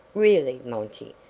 really, monty,